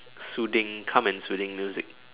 soothing calm and soothing music